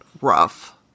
rough